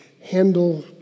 handle